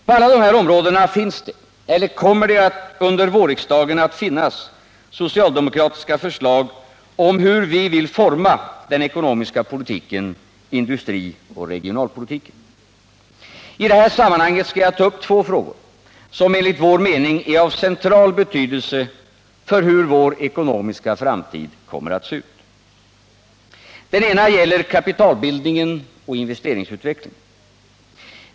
På alla de här områdena finns det eller kommer under vårriksdagen att finnas socialdemokratiska förslag om hur vi vill forma den ekonomiska politiken samt industrioch regionalpolitiken. I det här sammanhanget skall jag ta upp två frågor som enligt vår mening är av central betydelse för hur vår ekonomiska framtid kommer att se ut. Den ena gäller kapitalbildningen och investeringsutvecklingen.